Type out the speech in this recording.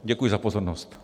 Děkuji za pozornost.